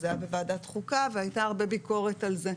זה היה בוועדת החוקה והייתה הרבה ביקורת על כך,